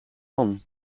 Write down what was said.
man